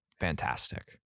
fantastic